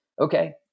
okay